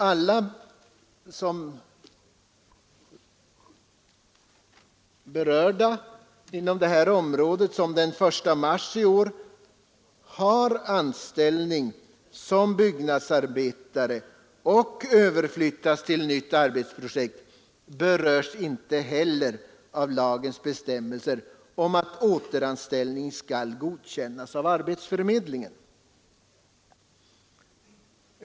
Alla byggnadsarbetare som den 1 mars i år hade anställning som byggnadsarbetare och överflyttas till ett nytt arbetsprojekt berörs inte heller av lagens bestämmelser om att återanställningen skall godkännas av arbetsförmedlingen.